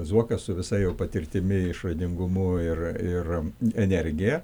zuokas su visa jau patirtimi išradingumu ir energija